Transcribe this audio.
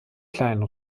kleinen